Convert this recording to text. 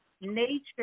nature